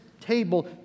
table